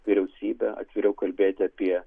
vyriausybę atviriau kalbėti apie